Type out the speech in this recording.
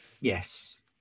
Yes